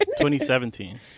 2017